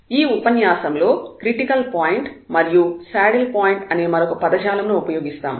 ఈ ఉపన్యాసంలో critical point మరియు సాడిల్ పాయింట్ అనే మరొక పదజాలము ను ఉపయోగిస్తాము